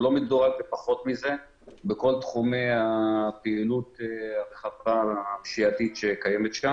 הוא לא מדורג בפחות מזה בכל תחומי הפעילות הרחבה הפשיעתית שקיימת.